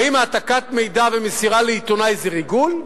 האם העתקת מידע ומסירה לעיתונאי זה ריגול?